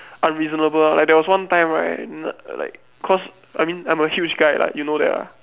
unreasonable ah like there was one time right like cause I mean I'm a huge guy lah you know that lah